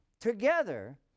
together